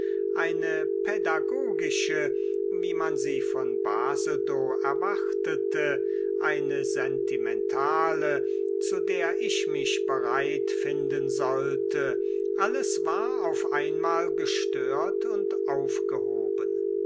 eine pädagogische wie man sie von basedow erwartete eine sentimentale zu der ich mich bereit finden sollte alles war auf einmal gestört und aufgehoben